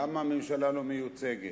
למה הממשלה לא מיוצגת?